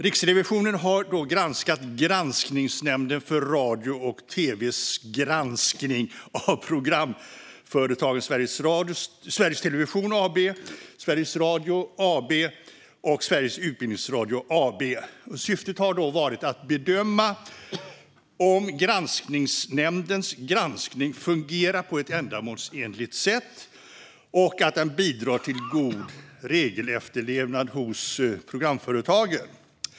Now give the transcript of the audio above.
Riksrevisionen har granskat granskningsnämnden för radio och tv:s granskning av programföretagen Sveriges Television AB, Sveriges Radio AB och Sveriges Utbildningsradio AB. Syftet har varit att bedöma om granskningsnämndens granskning fungerar på ett ändamålsenligt sätt och om den bidrar till god regelefterlevnad hos programföretagen.